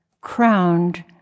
crowned